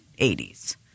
80s